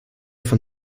von